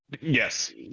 Yes